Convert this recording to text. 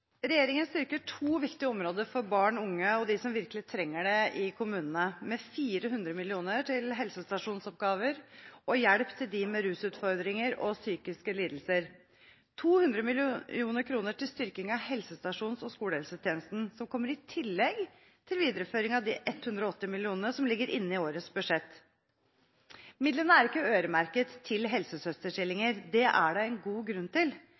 virkelig trenger det i kommunene, med 400 mill. kr til helsestasjonsoppgaver og hjelp til dem med rusutfordringer og psykiske lidelser. 200 mill. kr til styrking av helsestasjons- og skolehelsetjenesten kommer i tillegg til videreføring av de 180 mill. kr som ligger inne i årets budsjett. Midlene er ikke øremerket til helsesøsterstillinger. Det er det en god grunn til.